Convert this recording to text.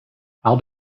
how